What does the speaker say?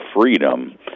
freedom